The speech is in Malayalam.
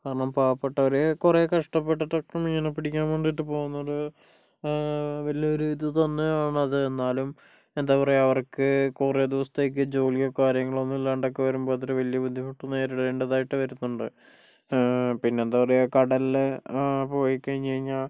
കാരണം പാവപെട്ടവർ കുറെ കഷ്ടപ്പെട്ടിട്ടൊക്കെ മീനിനെ പിടിക്കാൻ വേണ്ടിയിട്ട് പോകുന്നത് വലിയ ഒരു ഇതു തന്നെയാണ് അത് എന്നാലും എന്താ പറയുക അവർക്ക് കുറെ ദിവസത്തേക്ക് ജോലിയോ കാര്യങ്ങളോ ഒന്നും ഇല്ലാണ്ടൊക്കെ വരുമ്പോൾ അതൊരു വലിയ ബുദ്ധിമുട്ട് നേരിടേണ്ടതായിട്ട് വരുന്നുണ്ട് പിന്നെന്താ പറയുക കടലിലെ പോയി കഴിഞ്ഞു കഴിഞ്ഞാൽ